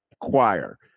choir